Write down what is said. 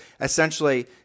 essentially